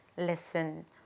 Listen